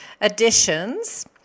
additions